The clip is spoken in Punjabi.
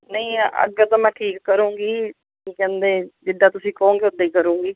ਨਹੀਂ ਅੱਗੇ ਤੋਂ ਮੈਂ ਠੀਕ ਕਰਾਂਗੀ ਕੀ ਕਹਿੰਦੇ ਜਿੱਦਾਂ ਤੁਸੀਂ ਕਹੋਗੇ ਉੱਦਾਂ ਹੀ ਕਰਾਂਗੀ